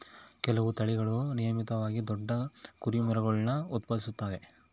ಕೆಲವು ತಳಿಗಳು ನಿಯಮಿತವಾಗಿ ದೊಡ್ಡ ಕುರಿಮರಿಗುಳ್ನ ಉತ್ಪಾದಿಸುತ್ತವೆ